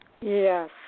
Yes